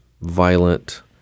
violent